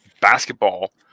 basketball